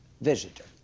visitor